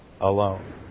alone